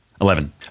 Eleven